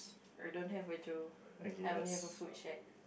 I don't have a Joe I only have a food shack